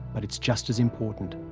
but it's just as important.